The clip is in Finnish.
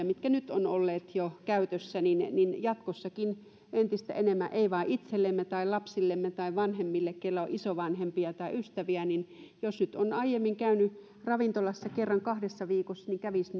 mitkä nyt ovat olleet jo käytössä jatkossakin käytettäisiin entistä enemmän eikä haettaisi vain itsellemme vaan myös lapsillemme tai vanhemmille keillä on isovanhempia tai ystäviä niin että jos nyt on aiemmin käynyt ravintolassa kerran kahdessa viikossa niin kävisi